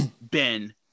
Ben